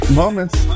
moments